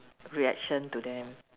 reaction to them